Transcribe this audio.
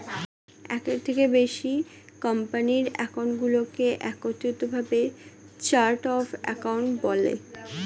একের থেকে বেশি কোম্পানির অ্যাকাউন্টগুলোকে একত্রিত ভাবে চার্ট অফ অ্যাকাউন্ট বলে